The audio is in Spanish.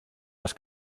las